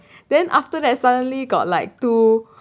then after that suddenly got like two